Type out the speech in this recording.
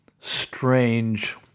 strange